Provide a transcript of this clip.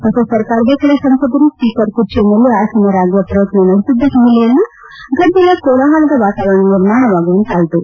ಹೊಸ ಸರ್ಕಾರದ ಕೆಲ ಸಂಸದರು ಸ್ಸೀಕರ್ ಕುರ್ಚಿಯ ಮೇಲೆ ಆಸೀನರಾಗುವ ಪ್ರಯತ್ನ ನಡೆಸಿದ್ದ ಹಿನ್ನೆಲೆಯಲ್ಲಿ ಗದ್ದಲ ಕೋಲಾಹಲದ ವಾತಾವರಣ ನಿರ್ಮಾಣವಾಗುವಂತಾಯಿತು